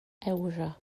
ewro